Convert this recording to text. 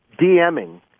DMing